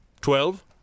Twelve